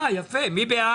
יבוא